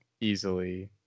easily